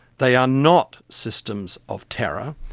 they are not systems of terror.